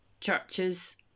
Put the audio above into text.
churches